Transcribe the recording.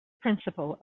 principle